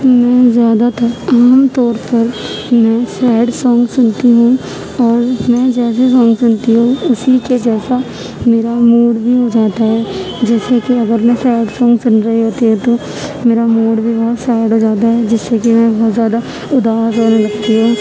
میں زیادہ تر عام طور پر نیو سیڈ سانگ سنتی ہوں اور میں جیسے سانگ سنتی ہوں اسی کے جیسا میرا موڈ بھی ہو جاتا ہے جیسے کہ اگر میں سیڈ سانگ سن رہی ہوتی ہوں تو میرا موڈ بھی بہت سیڈ ہو جاتا ہے جس سے کہ میں بہت زیادہ اداس ہونے لگتی ہوں